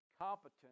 competent